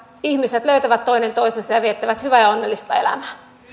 ihmiset löytävät toinen toisensa ja viettävät hyvää ja onnellista elämää